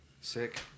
Sick